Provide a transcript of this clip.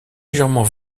légèrement